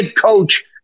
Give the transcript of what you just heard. coach